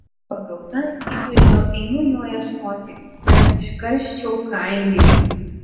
pagauta įtūžio einu jo ieškoti kad iškarščiau kailį